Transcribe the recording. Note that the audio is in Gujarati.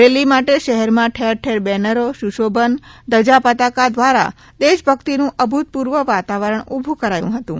રેલી માટે શહેરમાં ઠેર ઠેર બેનરો સુશીભન ધમપતાકા દ્વારા દેશભક્તિનું અભૂતપૂર્વ વતાવરણ ઉભું કરાયું હતુ